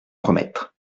promettre